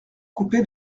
coupé